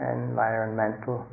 environmental